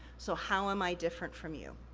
so how am i different from you?